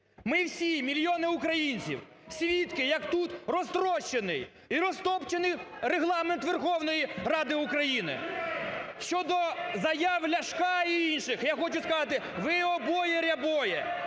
Ми всі, мільйони українців свідки, як тут розтрощений і розтопчений Регламент Верховної Ради України. Щодо заяв Ляшка і інших. Я хочу сказати, ви – обоє рябоє,